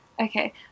Okay